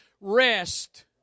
rest